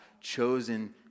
chosen